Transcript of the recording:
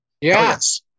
Yes